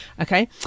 Okay